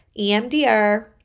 EMDR